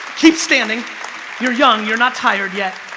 keep standing you're young. you're not tired yet